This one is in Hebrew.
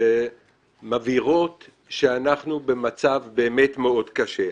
שמבהירות שאנחנו באמת במצב מאוד קשה.